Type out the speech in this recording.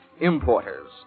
importers